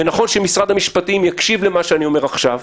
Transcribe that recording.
ונכון שמשרד המשפטים יקשיב למה שאני אומר עכשיו,